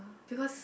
because